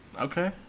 Okay